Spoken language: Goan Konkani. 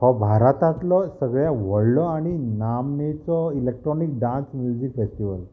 हो भारतांतलो सगळ्या व्हडलो आनी नामनेचो इलॅक्ट्रोनीक डांस म्युजीक फेस्टिवल